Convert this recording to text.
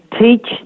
teach